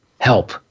help